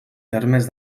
termes